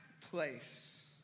place